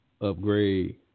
upgrade